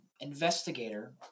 investigator